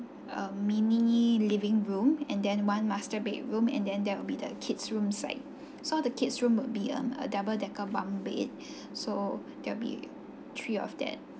um mini living room and then one master bedroom and then there will be the kids rooms side so the kids room will be um a double decker bunk bed so there'll be three of that